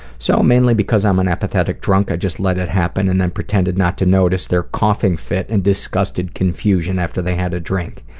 so mainly because i'm an empathetic drunk i just let it happened and then pretended not to notice their coughing fit and disgusted confusion confusion after they had a drink.